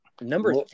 number